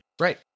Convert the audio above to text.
Right